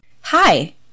Hi